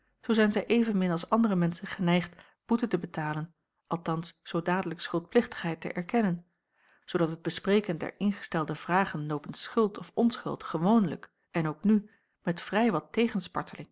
zoo zijn zij evenmin als andere menschen geneigd boete te betalen althans zoo dadelijk schuldplichtigheid te erkennen zoodat het bespreken der ingestelde vragen nopens schuld of onschuld gewoonlijk en ook nu met vrij wat